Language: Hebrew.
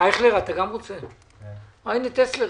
מוסדות המוכר שאינו רשמי